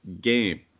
game